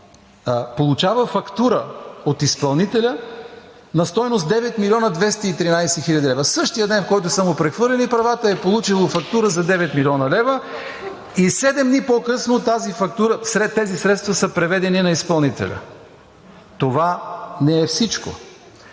получава фактура от изпълнителя на стойност 9 млн. 213 хил. лв. същия ден, в който са му прехвърлили правата, е получил фактура за 9 млн. лв. и седем дни по-късно тези средства са преведени на изпълнителя. Това не е всичко,